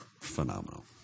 phenomenal